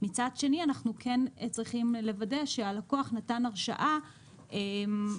מצד שני אנחנו כן צריכים לוודא שהלקוח הזה כן נתן הרשאה מפורשת,